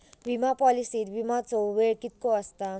विमा पॉलिसीत विमाचो वेळ कीतको आसता?